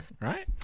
Right